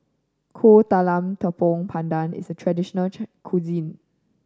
Kuih Talam Tepong Pandan is a traditional cuisine